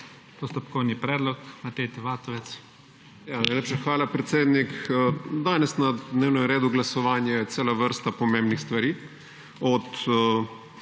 Postopkovni predlog, Matej T. Vatovec.